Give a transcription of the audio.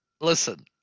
listen